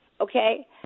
Okay